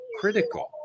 critical